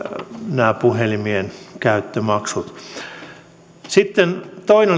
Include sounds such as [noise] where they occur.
nämä puhelimien käyttömaksut sitten toinen [unintelligible]